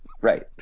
Right